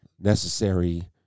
necessary